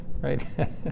Right